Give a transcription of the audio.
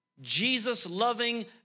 Jesus-loving